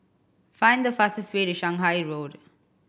find the fastest way to Shanghai Road